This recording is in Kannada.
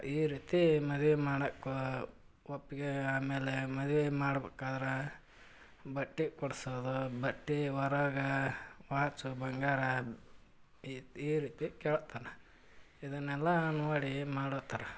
ಈ ರೀತಿ ಮದ್ವೆ ಮಾಡಬೇಕು ಒಪ್ಪಿಗೆ ಆಮೇಲೆ ಮದ್ವೆ ಮಾಡ್ಬೇಕಾದ್ರೆ ಬಟ್ಟೆ ಕೊಡಿಸೋದು ಬಟ್ಟೆ ವರಗೆ ವಾಚು ಬಂಗಾರ ಇದು ಈ ರೀತಿ ಕೇಳ್ತಾನೆ ಇದನ್ನೆಲ್ಲ ನೋಡಿ ಮಾಡುತ್ತಾರ